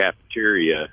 Cafeteria